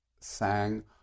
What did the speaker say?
sang